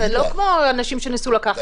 ולא כמו אנשים שניסו לקחת לך.